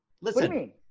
Listen